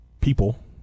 people